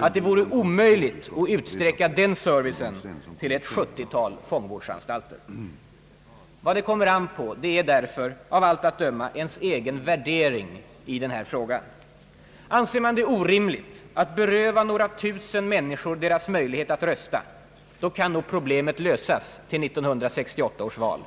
att det vore omöjligt att utsträcka den servicen till ett 70-tal fångvårdsanstalter. Vad det kommer an på är därför av allt att döma ens egen värdering av den här frågan. Anser man det orimligt att beröva några tusen människor deras mölighet att rösta, då kan nog problemet lösas till 1968 års val.